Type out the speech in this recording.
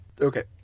Okay